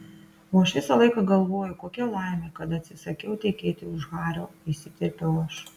o aš visą laiką galvoju kokia laimė kad atsisakiau tekėti už hario įsiterpiau aš